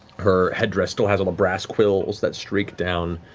her headdress still has little brass quills that streak down,